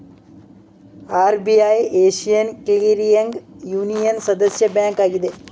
RBI Asian clearing ಯೂನಿಯನ್ನ ಸದಸ್ಯ bank ಆಗಿದೆ